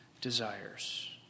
desires